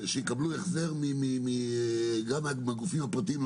שיקבלו החזר גם מהגופים הפרטיים,